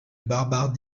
barbare